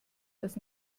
das